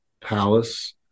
Palace